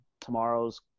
Tomorrow's